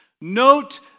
Note